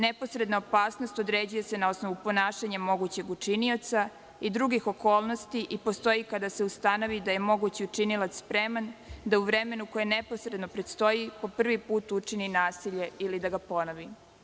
Neposredna opasnost određuje se na osnovu ponašanja mogućeg učinioca i drugih okolnosti i postoji kada se ustanovi da je mogući učinilac spreman da u vremenu koje neposredno predstoji po prvi put učini nasilje ili da ga ponovi.